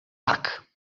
tak